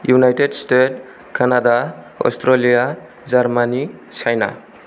United States Canada Australia Germany China